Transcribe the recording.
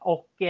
Och